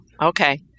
okay